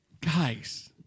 Guys